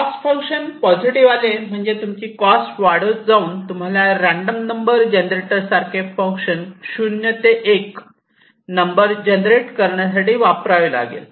cost function positive आले म्हणजे तुमचे कॉस्ट वाढत जाऊन तुम्हाला रँडम नंबर जनरेटर सारखे फंक्शन 0 ते 1 नंबर जनरेट करण्यासाठी वापरावे लागेल